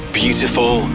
beautiful